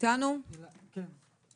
שלום הילה,